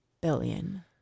Billion